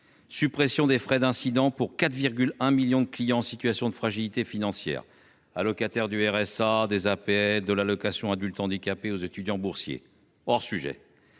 Suppression des frais d'incident pour 4, 1 millions de clients en situation de fragilité financière allocataires du RSA des APL de l'allocation adulte handicapé aux étudiants boursiers hors sujet.